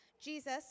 jesus